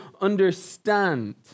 understand